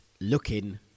looking